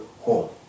home